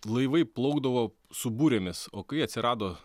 laivai plaukdavo su burėmis o kai atsirado